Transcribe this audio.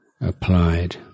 applied